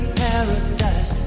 paradise